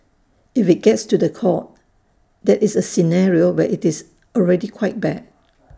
if IT gets to The Court that is A scenario where IT is already quite bad